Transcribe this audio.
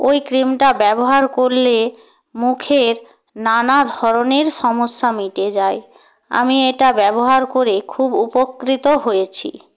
ওই ক্রিমটা ব্যবহার করলে মুখের নানা ধরনের সমস্যা মিটে যায় আমি এটা ব্যবহার করে খুব উপকৃত হয়েছি